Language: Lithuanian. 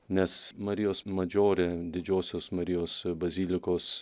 nes marijos madžore didžiosios marijos bazilikos